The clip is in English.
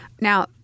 Now